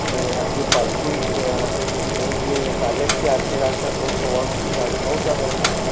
आणि रात्री पालखी नऊची साडे आठची आरती झाल्यानंतर नऊ सव्वा नऊ सा नऊच्या दरम्यान